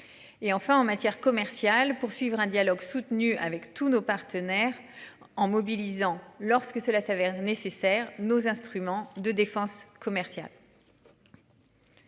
enfin en matière commerciale poursuivre un dialogue soutenu avec tous nos partenaires en mobilisant lorsque cela s'avère nécessaire nos instruments de défense commerciale.